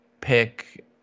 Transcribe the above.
pick